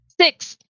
Six